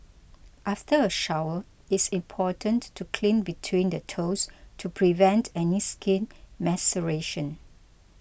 after a shower it's important to clean between the toes to prevent any skin maceration